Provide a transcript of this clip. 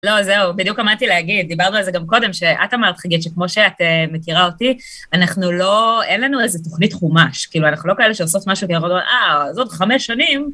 לא, זהו, בדיוק עמדתי להגיד, דיברנו על זה גם קודם, שאת אמרת, חגית, שכמו שאת מכירה אותי, אנחנו לא, אין לנו איזה תוכנית חומש. כאילו, אנחנו לא כאלה שעושות משהו שהיא יכולה לומר, אה, אז עוד חמש שנים.